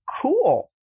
Cool